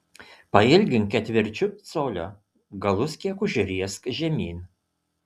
pailgink ketvirčiu colio galus kiek užriesk žemyn